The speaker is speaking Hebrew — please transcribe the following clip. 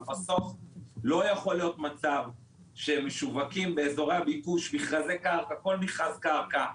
בסוף לא יכול להיות שמשווקים באזורי הביקוש מכרזי קרקע ויש